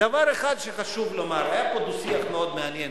דבר אחד שחשוב לומר: היה פה דו-שיח מאוד מעניין,